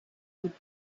keep